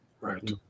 Right